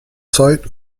tight